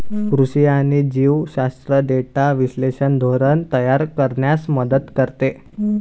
कृषी आणि जीवशास्त्र डेटा विश्लेषण धोरण तयार करण्यास मदत करते